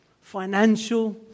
financial